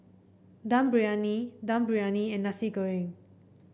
Dum Briyani Dum Briyani and Nasi Goreng